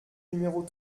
numéro